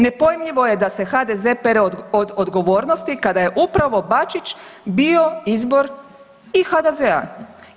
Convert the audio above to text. Nepojmljivo je da se HDZ pere od odgovornosti kada je upravo Bačić bio izbor i HDZ-a.